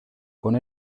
con